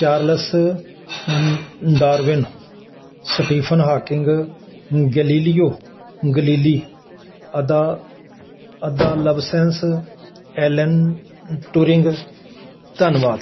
Charles Darwin Stephen Hawking Galileo Galilei Ada Ada Lovelace Alan Turing ਧੰਨਵਾਦ